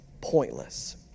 pointless